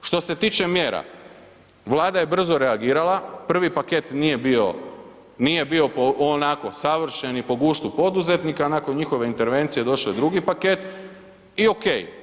Što se tiče mjera, Vlada je brzo reagirala, prvi paket nije bio, nije bio onako savršen i po guštu poduzetnika, a nakon njihove intervencije došao je drugi paket i ok.